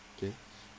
okay